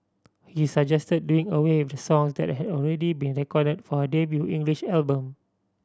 he suggest doing away with the songs that had already been recorded for her debut English album